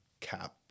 Cap